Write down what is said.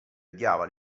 odiava